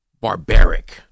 barbaric